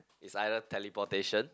is either teleportation